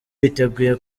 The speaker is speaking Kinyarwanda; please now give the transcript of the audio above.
biteguye